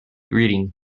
reading